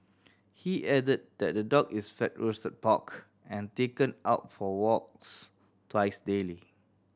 he added that the dog is fed roasted pork and taken out for walks twice daily